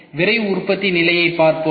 விரைவு உற்பத்தி நிலையைப் பார்ப்போம்